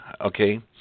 okay